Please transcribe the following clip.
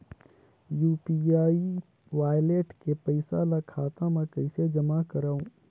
UPI wallet के पईसा ल खाता मे कइसे जमा करव?